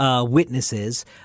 Witnesses